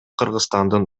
кыргызстандын